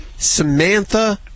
Samantha